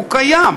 הוא קיים.